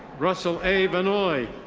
russell a. van hoy.